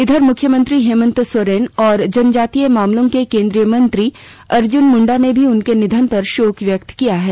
इधर मुख्यमंत्री हेमंत सोरेन और जनजातीय मामलों के केंद्रीय मंत्री अर्जुन मुंडा ने भी उनके निधन पर शोक व्यक्त किया है